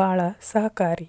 ಬಾಳ ಸಹಕಾರಿ